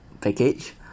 package